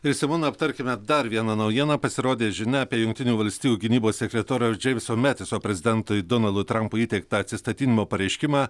ir simona aptarkime dar vieną naujieną pasirodė žinia apie jungtinių valstijų gynybos sekretoriau džeimso metiso prezidentui donaldui trampui įteiktą atsistatydinimo pareiškimą